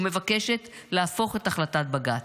ומבקשת להפוך את החלטת בג"ץ.